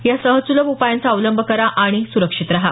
या सहज सुलभ उपायांचा अवलंब करा आणि सुरक्षित रहा